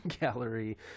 gallery